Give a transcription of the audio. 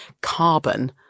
Carbon